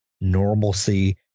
normalcy